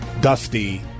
dusty